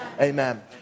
Amen